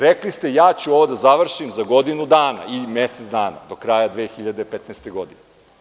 Rekli ste – ja ću ovo da završim za godinu dana ili mesec dana, do kraja 2015. godine.